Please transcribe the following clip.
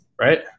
right